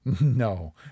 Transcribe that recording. No